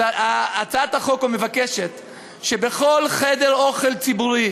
אז הצעת החוק מבקשת שבכל חדר אוכל ציבורי